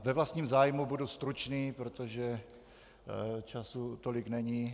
Ve vlastním zájmu budu stručný, protože času tolik není.